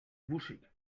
wuschig